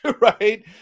right